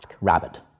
Rabbit